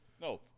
No